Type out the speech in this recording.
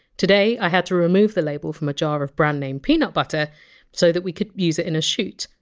today i had to remove the label from a jar of brand name peanut butter so that we could use it in a shoot,